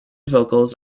vocals